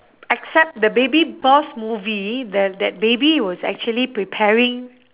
except the baby boss movie the that baby was actually preparing